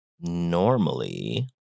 normally